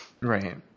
Right